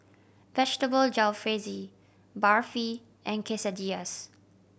Vegetable Jalfrezi Barfi and Quesadillas